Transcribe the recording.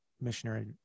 missionary